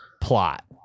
plot